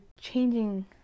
changing